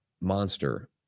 monster